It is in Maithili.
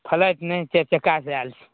फ्लाइट नहि चारि चक्कासँ आयल छी